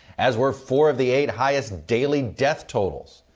as were four of the eight highest daily death tolls,